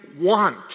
want